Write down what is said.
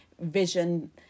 vision